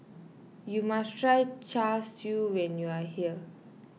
you must try Char Siu when you are here